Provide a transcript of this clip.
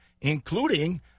including